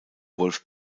wolf